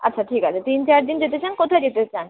আচ্ছা ঠিক আছে তিন চার দিন যেতে চান কোথায় যেতে চান